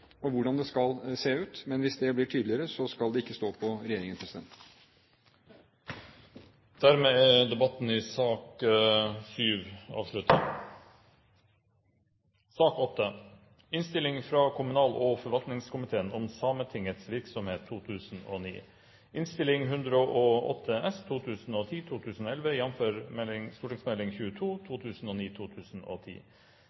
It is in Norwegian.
og hvordan det skal se ut. Men hvis det blir tydeligere, skal det ikke stå på regjeringen. Debatten i sak nr. 7 er over. Etter ønske fra kommunal- og forvaltningskomiteen vil presidenten foreslå at taletiden begrenses til 40 minutter og fordeles med inntil 5 minutter til hvert parti og